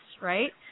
right